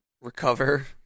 recover